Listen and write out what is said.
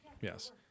Yes